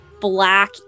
black